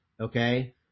okay